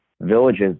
villages